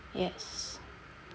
yes